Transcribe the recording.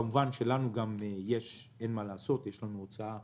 כמובן, לנו יש הוצאה